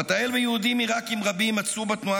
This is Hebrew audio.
פתאל ויהודים עיראקים רבים מצאו בתנועה